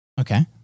Okay